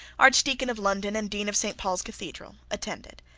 archdeacon of london and dean of st. paul's cathedral, attended.